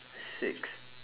six